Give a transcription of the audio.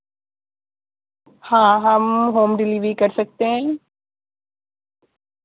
ہاں ہم home delivery کر سکتے ہیں